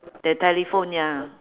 the telephone ya